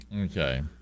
Okay